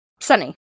Sunny